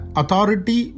authority